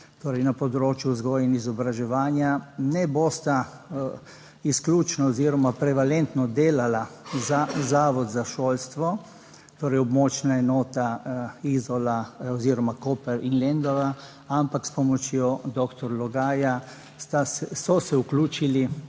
torej na področju vzgoje in izobraževanja ne bosta izključno oziroma prevalentno delala za Zavod za šolstvo, torej območna enota Izola oziroma Koper in Lendava, ampak s pomočjo doktor Logaja so se vključili